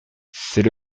c’est